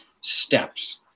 steps